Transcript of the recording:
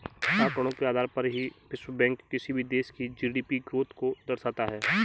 आंकड़ों के आधार पर ही विश्व बैंक किसी भी देश की जी.डी.पी ग्रोथ को दर्शाता है